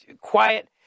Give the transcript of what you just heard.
quiet